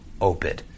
open